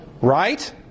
Right